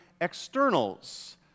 externals